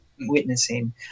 witnessing